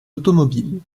automobiles